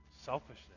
selfishness